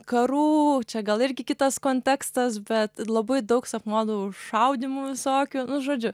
karų čia gal irgi kitas kontekstas bet labai daug sapnuodavau šaudymų visokių nu žodžiu